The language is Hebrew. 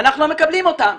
אבל אנחנו לא מקבלים אותם.